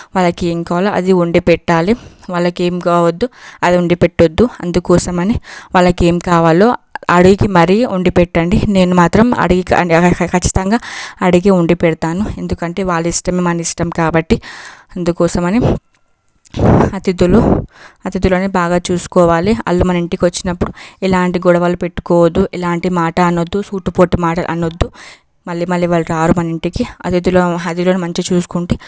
వాళ్ళకి ఏం కావాలో అది వండి పెట్టాలి వాళ్ళకేం కావద్దు అది వండి పెట్టద్దు అందుకోసం అని వాళ్ళకి ఏం కావాలో అడిగి మరీ వండి పెట్టండి నేను మాత్రం అడిగి ఖచ్చితంగా అడిగి ఉండి పెడతాను ఎందుకంటే వాళ్ళ ఇష్టమే మన ఇష్టం కాబట్టి అందుకోసం అని అతిథులు అతిథులను బాగా చూసుకోవాలి వాళ్ళు మన ఇంటికి వచ్చినప్పుడు ఎలాంటి గొడవలు పెట్టుకోవద్దు ఎలాంటి మాట అనద్దు సూటి పోటి మాట అనద్దు మళ్ళీ మళ్ళీ రారు వాళ్ళు మన ఇంటికి అతిథులు అతిథులను మంచిగా చూసుకుంటే